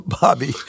Bobby